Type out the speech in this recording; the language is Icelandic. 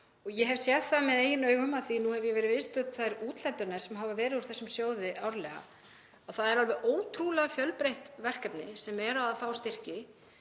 Ég hef séð það með eigin augum, af því að nú hef ég verið viðstödd þær úthlutanir sem hafa verið úr þessum sjóði árlega, að það eru alveg ótrúlega fjölbreytt verkefni sem eru að fá styrki.